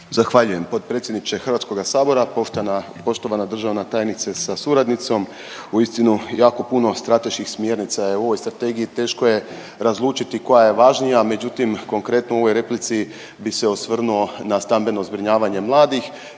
Zahvaljujem potpredsjedniče Hrvatskoga sabora. Poštovana, poštovana državna tajnice sa suradnicom uistinu jako puno strateških smjernica je u ovoj strategiji, teško je razlučiti koja je važnija. Međutim, konkretno u ovoj replici bi se osvrnuo na stambeno zbrinjavanje mladih